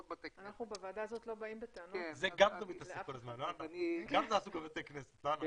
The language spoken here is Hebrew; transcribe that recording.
גמזו מתעסק כל הזמן בבתי כנסת לא אנחנו